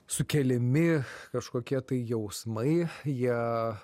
sukeliami kažkokie tai jausmai jie